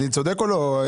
אני צודק או לא אבי?